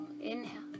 inhale